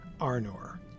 Arnor